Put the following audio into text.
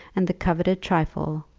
and the coveted trifle,